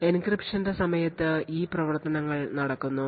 എൻക്രിപ്ഷന്റെ സമയത്ത് ഈ പ്രവർത്തനങ്ങൾ നടക്കുന്നു